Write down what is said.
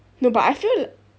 no but I feel